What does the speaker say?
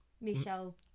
Michelle